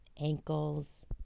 ankles